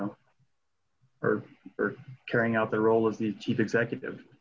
know or carrying out the role of the chief executive